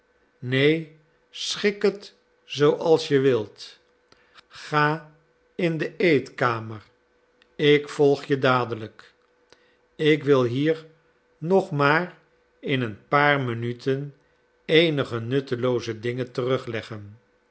neen schik het zooals je wilt ga in de eetkamer ik volg je dadelijk ik wil hier nog maar in een paar minuten eenige nuttelooze dingen terugleggen